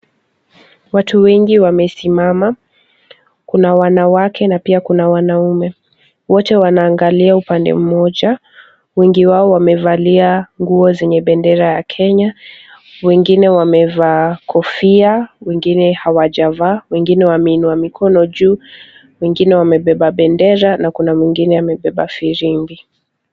Watu wengi wamesimama kuna wanawake na pia kuna wanaume wote wanaangalia upande moja. Wengi wao wamevalia nguo zenye bendera ya kenya wengine wamevaa kofia wengine hawajavaa, wengine wameinua mikono juu, wengine wamebeba bendera na kuna mwingine amebeba firimbi.